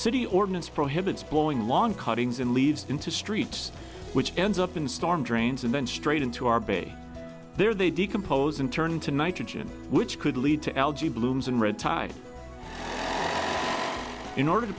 city ordinance prohibits blowing long cuttings and leaves into streets which ends up in storm drains and then straight into our bay there they decompose and turn into nitrogen which could lead to algae blooms and red tide in order to